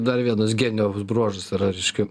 dar vienas genijaus bruožas yra reiškia